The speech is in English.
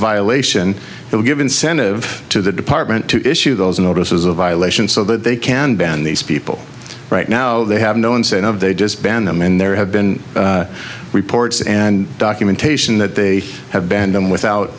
violation will give incentive to the department to issue those notices of violations so that they can ban these people right now they have no incentive they just ban them in there have been reports and documentation that they have banned them without